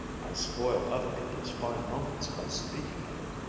i spoil other people's fine moments by speaking of it.